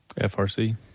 FRC